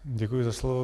Děkuji za slovo.